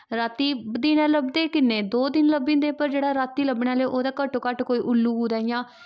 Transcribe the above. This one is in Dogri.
राती दिनै लब्दे किन्ने दो तिन लब्भी जंदे पर जेह्ड़ा रातीं लब्भने आह्ले ओह् ते घट्टो घट्ट कोई उल्लू कुतै इ'यां